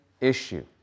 issue